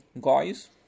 Guys